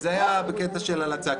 זה היה בקטע של הלצה.